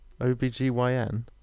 OBGYN